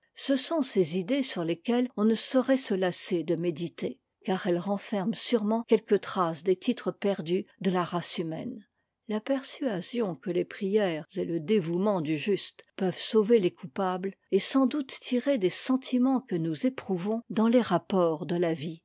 ce sont ces idées sur lesquelles on ne saurait se lasser de méditer car elles renferment sûrement quelques traces des titres perdus de la race humaine la persuasion que les prières et le dévouement du juste peuvent sauver les coupables est sans doute tirée des sentiments que nous éprouvons dans les rapports de la vie